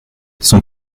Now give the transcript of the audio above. son